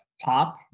pop